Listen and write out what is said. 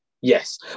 Yes